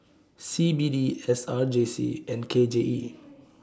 C B D S R J C and K J E